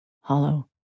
hollow